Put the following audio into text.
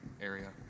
area